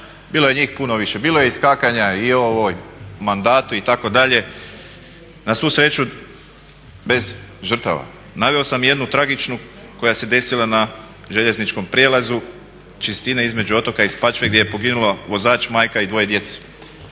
bilo je njih puno više. Bilo je iskakanja i u ovom mandatu itd., na svu sreću bez žrtava. Naveo sam jednu tragičnu koja se desila na željezničkom prijelazu Čistine između otoka i Spačve gdje je poginulo vozač, majka i dvoje djece.